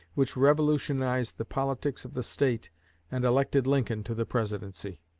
which revolutionized the politics of the state and elected lincoln to the presidency.